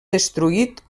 destruït